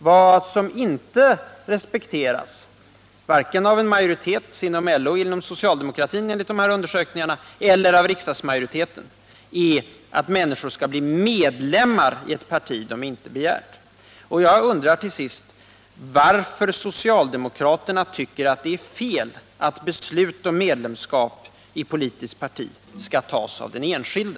Vad som inte respekteras — såsom redovisats av undersökningarna varken av en majoritet inom LO och socialdemokratin eller av riksdagsmajoriteten — är att människor blir medlemmar i ett parti utan att de begärt det. Jag vill till sist fråga varför socialdemokraterna tycker att det är fel att beslut om medlemskap i politiskt parti skall fattas av den enskilde.